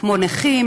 כמו נכים,